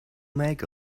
make